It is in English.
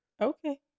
Okay